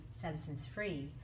substance-free